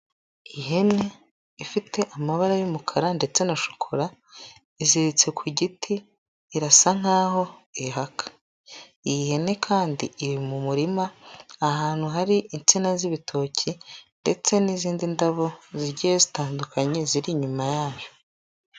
Ihene ifite amabara y'umukara ndetse na shokora, iziritse ku giti irasa nk'aho ihaka, iyi hene kandi iri mu murima ahantu hari insina z'ibitoki ndetse n'izindi ndabo zigiye zitandukanye ziri inyuma yayo.